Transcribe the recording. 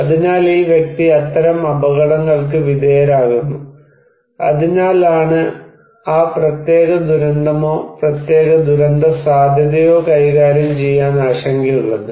അതിനാൽ ഈ വ്യക്തി അത്തരം അപകടങ്ങൾക്ക് വിധേയരാകുന്നു അതിനാലാണ് ആ പ്രത്യേക ദുരന്തമോ പ്രത്യേക ദുരന്തസാധ്യതയോ കൈകാര്യം ചെയ്യാൻ ആശങ്കയുള്ളത്